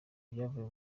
ibyavuye